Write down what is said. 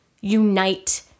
unite